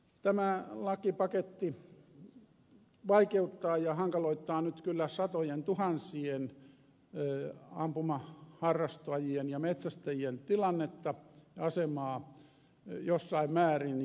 tämä lakipaketti vaikeuttaa ja hankaloittaa nyt kyllä satojentuhansien ampumaharrastajien ja metsästäjien tilannetta ja asemaa jossain määrin